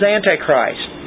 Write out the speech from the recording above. Antichrist